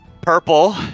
purple